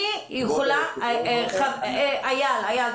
איל,